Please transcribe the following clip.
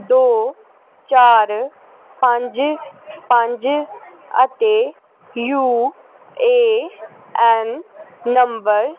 ਦੋ ਚਾਰ ਪੰਜ ਪੰਜ ਅਤੇ ਯੂ ਏ ਐਨ ਨੰਬਰ